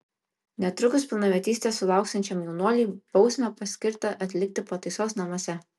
netrukus pilnametystės sulauksiančiam jaunuoliui bausmę paskirta atlikti pataisos namuose